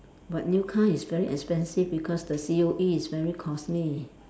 but new car is very expansive because the C_O_E is very costly